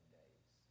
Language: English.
days